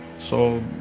so